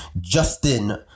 Justin